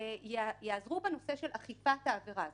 והן יעזרו בנושא של אכיפת העבירה הזאת.